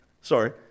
sorry